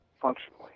functionally